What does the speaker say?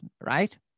right